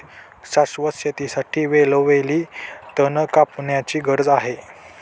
शाश्वत शेतीसाठी वेळोवेळी तण कापण्याची गरज आहे